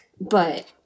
but-